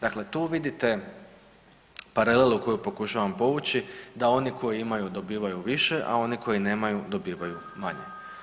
Dakle, tu vidite paralelu koju pokušavam povući da oni koji imaju dobivaju više, a oni nemaju dobivaju manje.